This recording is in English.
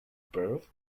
birth